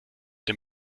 dem